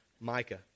Micah